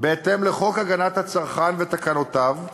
בהתאם לחוק הגנת הצרכן ותקנותיו,